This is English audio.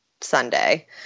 Sunday